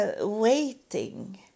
waiting